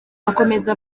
akomeza